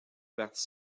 parti